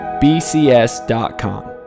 bcs.com